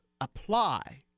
apply